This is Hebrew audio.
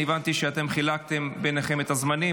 הבנתי שחילקתם ביניכם את הזמנים,